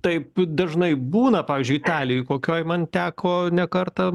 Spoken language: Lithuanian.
taip dažnai būna pavyzdžiui italijoj kokioj man teko ne kartą